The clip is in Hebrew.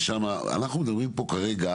אנחנו מדברים פה כרגע